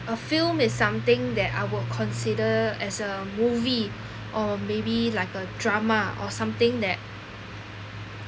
a film is something that I would consider as a movie or maybe like a drama or something that